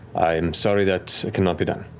i am sorry, that cannot be done.